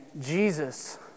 Jesus